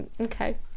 okay